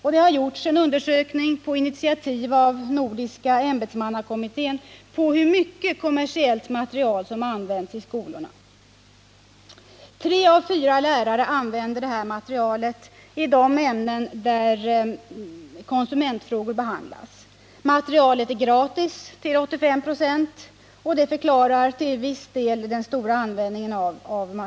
På initiativ av nordiska ämbetsmannakommittén har det gjorts en undersökning av hur mycket kommersiellt material som används i skolorna. Tre av fyra lärare använder detta material i de ämnen där konsumentfrågor behandlas. Materialet är till 85 96 gratis, och det förklarar till viss del den stora användningen.